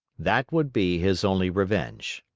that would be his only revenge.